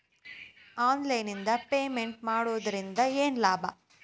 Online ನಿಂದ payment ಮಾಡುವುದರಿಂದ ಏನು ಲಾಭ?